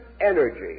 energy